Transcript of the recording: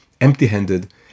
empty-handed